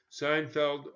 Seinfeld